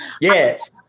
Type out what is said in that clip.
Yes